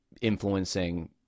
influencing